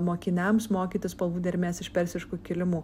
mokiniams mokytis spalvų dermės iš persiškų kilimų